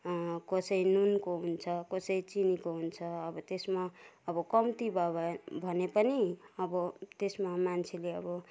कसै नुनको हुन्छ कसै चिनीको हुन्छ अब त्यसमा अब कम्ती भयो भने पनि अब त्यसमा मान्छेले अब